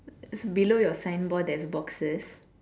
below your signboard there's boxes